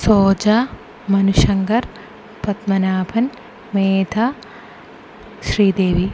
Soja Manushankar Padmanabhan Veda Sridevi